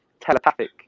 telepathic